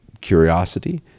curiosity